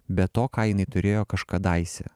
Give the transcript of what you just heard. be to ką inai turėjo kažkadaise